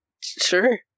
Sure